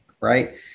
right